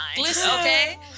Okay